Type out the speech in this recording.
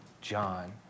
John